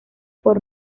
por